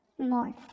morph